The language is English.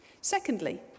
Secondly